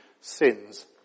sins